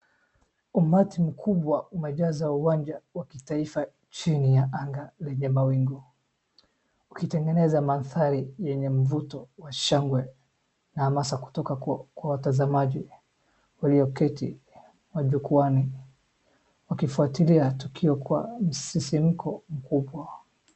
Umati mkubwa umejaza uwanja wa kitaifa chini ya anga lenye mawingu, ukitengeneza mandhari yenye mvuto wa shangwe na hamasa kutoka kwa watazamaji walioketi majukuani, wakifuatilia tukio kwa msisimko mkubwa.